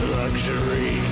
luxury